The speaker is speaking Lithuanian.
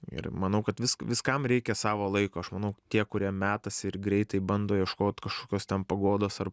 ir manau kad visk viskam reikia savo laiko aš manau tie kurie metasi ir greitai bando ieškot kažkokios ten paguodos ar